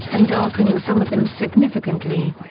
and darkening some of them significantly.